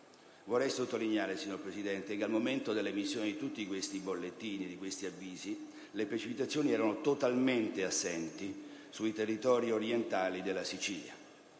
vorrei sottolineare che al momento dell'emissione di tutti questi bollettini o avvisi le precipitazioni erano totalmente assenti sui territori orientali della Sicilia: